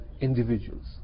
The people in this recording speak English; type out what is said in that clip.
individuals